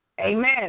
Amen